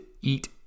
eat